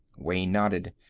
wayne nodded.